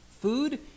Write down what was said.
Food